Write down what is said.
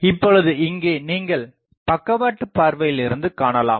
இப்பொழுது இங்கே நீங்கள் பக்கவாட்டு பார்வையிலிருந்து காணலாம்